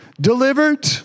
Delivered